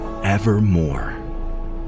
evermore